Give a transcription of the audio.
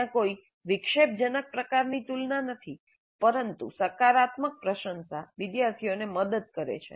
ત્યાં કોઈ વિક્ષેપજનક પ્રકારની તુલના નથી પરંતુ સકારાત્મક પ્રશંસા વિદ્યાર્થીઓને મદદ કરે છે